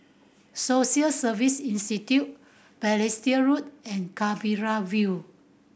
Social Service Institute Balestier Road and Canberra View